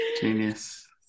Genius